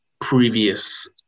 previous